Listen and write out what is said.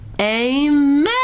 Amen